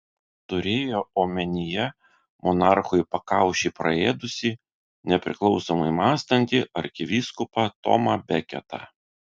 turėjo omenyje monarchui pakaušį praėdusį nepriklausomai mąstantį arkivyskupą tomą beketą